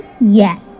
yes